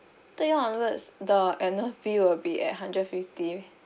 third year onwards the annual fee will be at hundred fifty